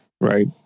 right